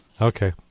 Okay